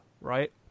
right